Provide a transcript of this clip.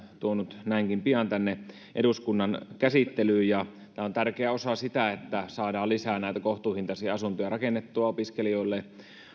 tuonut näinkin pian tänne eduskunnan käsittelyyn ja tämä on tärkeä osa siinä että saadaan lisää näitä kohtuuhintaisia asuntoja rakennettua opiskelijoille